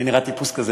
אני נראה טיפוס כזה,